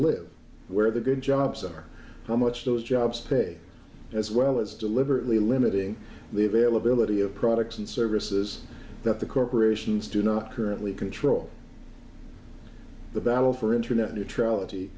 live where the good jobs are how much those jobs pay as well as deliberately limiting the availability of products and services that the corporations do not currently control the battle for internet neutrality